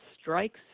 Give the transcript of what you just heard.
strikes